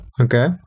Okay